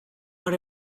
are